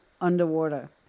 underwater